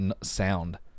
sound